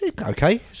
okay